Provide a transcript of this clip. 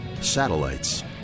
satellites